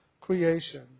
creation